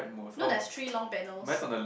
no there's three long panels